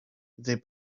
they